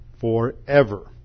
forever